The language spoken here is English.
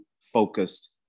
focused